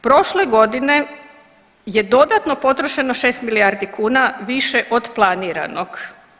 Prošle godine je dodatno potrošeno 6 milijardi kuna više od planiranog.